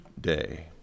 day